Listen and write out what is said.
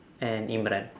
and imran